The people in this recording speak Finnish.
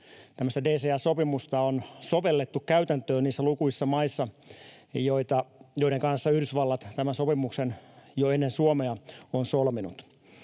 DCA-sopimusta on sovellettu käytäntöön niissä lukuisissa maissa, joiden kanssa Yhdysvallat tämän sopimuksen jo ennen Suomea on solminut.